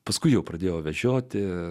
paskui jau pradėjau vežioti